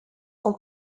son